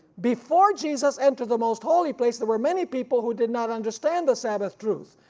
before jesus entered the most holy place there were many people who did not understand the sabbath truth,